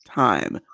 time